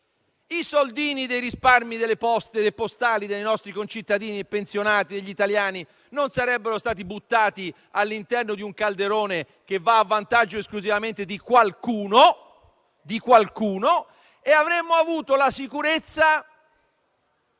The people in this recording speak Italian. i soldini dei libretti postali dei nostri concittadini e pensionati italiani non sarebbero stati buttati all'interno di un calderone che va a vantaggio esclusivamente di qualcuno e avremmo avuto la sicurezza